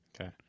Okay